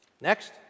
Next